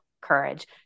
courage